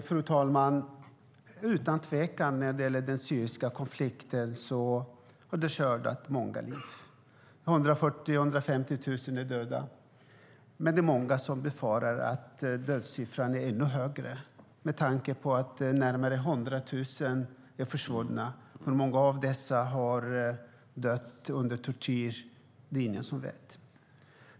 Fru talman! Utan tvekan har den syriska konflikten skördat många liv. Det sägs att 140 000-150 000 personer har dödats, men många befarar att dödssiffran är ännu högre med tanke på att närmare 100 000 personer är försvunna. Hur många av dessa som har dött under tortyr är det ingen som vet.